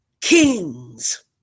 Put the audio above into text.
kings